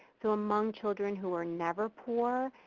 so among children who are never poor,